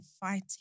fighting